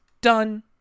done